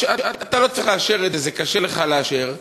ואתה לא צריך לאשר את זה, וזה קשה לך לאשר,